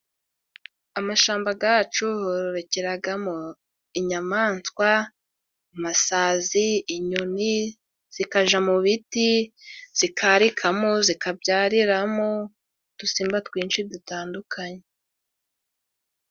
Amashamba gacu hororokeragamo: inyamaswa，amasazi， inyoni zikaja mu biti zikarikamo， zikabyariramo udusimba twinshi dutandukanye.